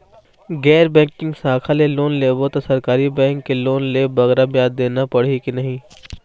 गैर बैंकिंग शाखा ले लोन लेबो ता सरकारी बैंक के लोन ले बगरा ब्याज देना पड़ही ही कि नहीं?